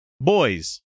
boys